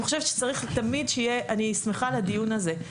לכן אני שמחה על קיומו של הדיון הזה,